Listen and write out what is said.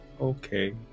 Okay